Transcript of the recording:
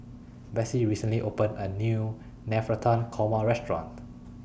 Besse recently opened A New Navratan Korma Restaurant